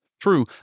True